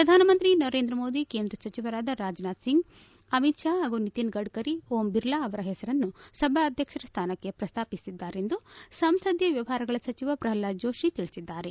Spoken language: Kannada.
ಪ್ರಧಾನಮಂತ್ರಿ ನರೇಂದ್ರ ಮೋದಿ ಕೇಂದ್ರ ಸಚಿವರಾದ ರಾಜನಾಥ್ ಸಿಂಗ್ ಅಮಿತ್ ಶಾ ಹಾಗೂ ನಿತಿನಲ್ ಗಡ್ಡರಿ ಓಂ ಬಿರ್ಲಾ ಅವರ ಹೆಸರನ್ನು ಸಭಾಧ್ಯಕ್ಷರ ಸ್ಥಾನಕ್ಷೆ ಪ್ರಸ್ತಾಪಿಸಿದ್ದಾರೆ ಎಂದು ಸಂಸದೀಯ ವ್ಯವಹಾರಗಳ ಸಚಿವ ಪ್ರಹ್ಲಾದ್ ಜೋಷಿ ತಿಳಿಸಿದ್ದಾರೆ